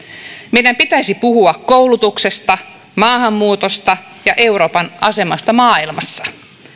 meidän pitäisi puhua koulutuksesta maahanmuutosta ja euroopan asemasta maailmassa